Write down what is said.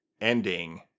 ending